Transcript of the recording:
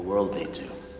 world needs you.